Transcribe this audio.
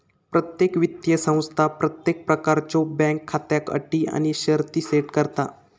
प्रत्येक वित्तीय संस्था प्रत्येक प्रकारच्यो बँक खात्याक अटी आणि शर्ती सेट करता